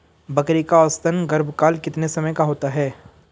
बकरी का औसतन गर्भकाल कितने समय का होता है?